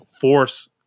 force